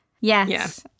Yes